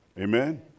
Amen